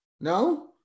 no